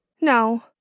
No